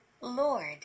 Lord